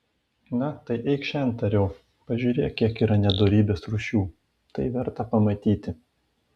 na tai eikš šen tariau pažiūrėk kiek yra nedorybės rūšių tai verta pamatyti